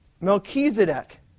Melchizedek